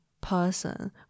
person